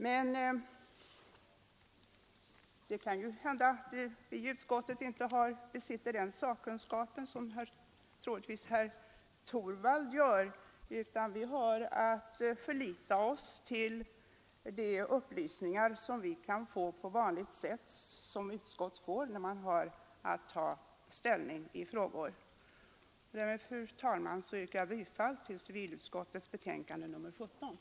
Men det kan hända att vi i utskottet inte besitter den sakkunskap som troligtvis herr Torwald har, utan vi har att förlita oss på de upplysningar vi kan få på vanligt sätt, som utskott brukar när de har att ta ställning till olika frågor. Med dessa ord, fru talman, yrkar jag bifall till civilutskottets hemställan.